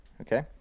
Okay